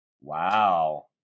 Wow